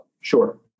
Sure